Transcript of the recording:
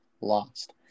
lost